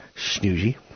snoozy